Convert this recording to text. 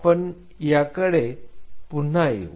आपण याकडे पुन्हा येऊ